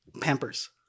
Pampers